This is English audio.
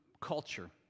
culture